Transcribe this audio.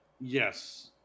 Yes